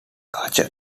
archer